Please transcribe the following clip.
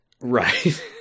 right